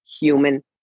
human